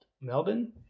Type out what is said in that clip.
Melbourne